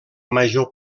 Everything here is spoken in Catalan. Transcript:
major